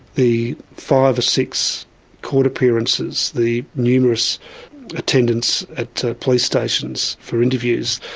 the five or six court appearances, the numerous attendances at police stations for interviews,